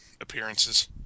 appearances